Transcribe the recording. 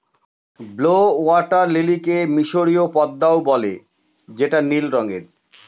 blue water লিলিকে মিসরীয় পদ্মাও বলে যেটা নীল রঙের